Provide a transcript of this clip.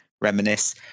reminisce